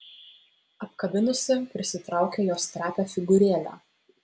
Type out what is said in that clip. apkabinusi prisitraukė jos trapią figūrėlę